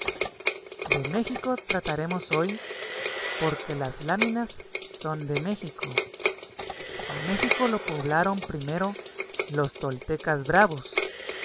de méxico trataremos hoy porque las láminas son de méxico a méxico lo poblaron primero los toltecas bravos